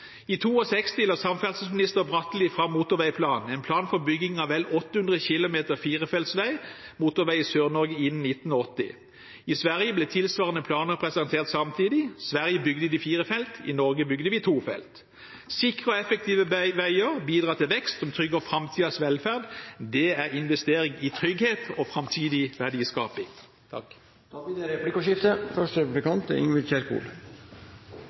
I 1962 la samferdselsminister Bratteli fram motorveiplanen, en plan for bygging av ca. 800 kilometer firefeltsvei, motorvei, i Sør-Norge innen 1980. I Sverige ble tilsvarende planer presentert samtidig. I Sverige bygde de fire felt, i Norge bygde vi to felt. Sikre og effektive veier bidrar til vekst som trygger framtidens velferd. Det er investering i trygghet og framtidig verdiskaping. Det blir replikkordskifte.